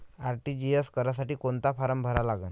RTGS करासाठी कोंता form भरा लागन?